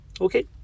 Okay